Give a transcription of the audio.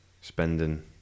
spending